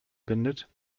bindet